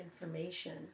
information